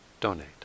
donate